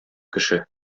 кеше